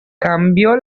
cambió